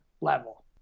level